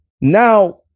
now